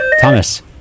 Thomas